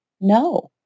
no